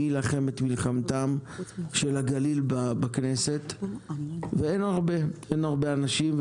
מי יילחם את מלחמתם של הגליל בכנסת ואין הרבה אנשים.